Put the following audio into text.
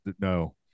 no